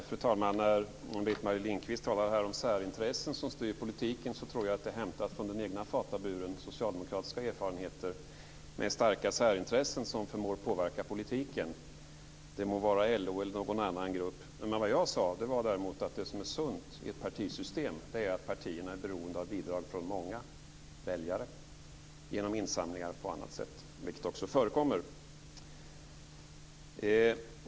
Fru talman! När Britt-Marie Lindkvist här talar om särintressen som styr politiken tror jag att det är hämtat ur egen fatabur, från socialdemokratiska erfarenheter med starka särintressen som förmår påverka politiken. Det må vara LO eller någon annan grupp. Vad jag däremot sade var att det som är sunt i ett partisystem är att partierna är beroende av bidrag från många väljare genom insamlingar och på annat sätt, vilket också förekommer.